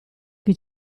chi